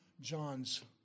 John's